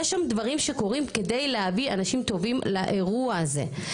יש שם דברים שקורים כדי להביא אנשים טובים לאירוע הזה.